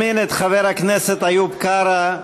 איוב קרא,